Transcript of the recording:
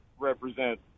represent